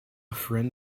friend